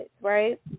right